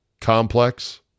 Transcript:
complex